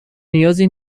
نیازی